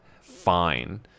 fine